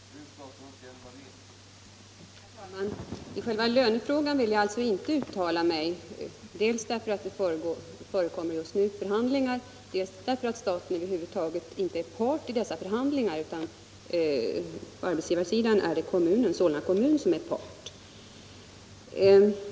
Herr talman! I själva lönefrågan vill jag, som jag sagt i mitt svar, inte uttala mig, dels därför att det just nu pågår förhandlingar, dels därför att staten över huvud taget inte är part i dessa förhandlingar. På arbetsgivarsidan är det Solna kommun som är part.